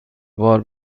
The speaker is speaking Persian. بار